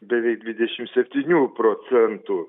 beveik dvidešim septynių procentų